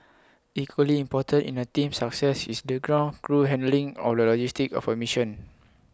equally important in A team's success is the ground crew handling of logistics of A mission